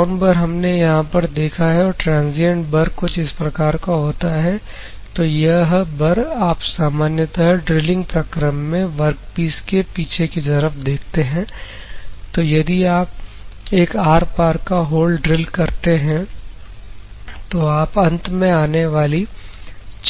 crown burr हमने यहां पर देखा है और ट्रांजियंट बर कुछ इस प्रकार का होता है तो यह बर आप सामान्यतः ड्रिलिंग प्रक्रम में वर्कपीस के पीछे की तरफ देखते हैं तो यदि आप एक आर पार का होल ड्रिल करते हैं तो आप अंत में आने वाली